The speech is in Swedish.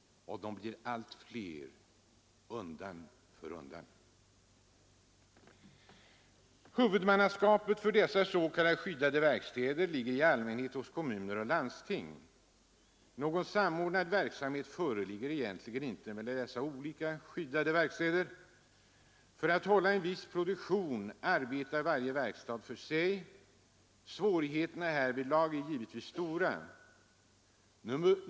De blir undan för undan allt flera. Huvudmannaskapet för dessa s.k. skyddade verkstäder ligger i allmänhet hos kommuner och landsting. Någon samordnad verksamhet förekommer egentligen inte mellan dessa olika skyddade verkstäder. För att hålla en viss produktion arbetar varje verkstad för sig. Svårigheterna härvidlag är givetvis stora.